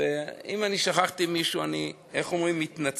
ואם שכחתי מישהו, איך אומרים, אני מתנצל.